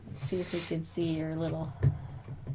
see if we could see your little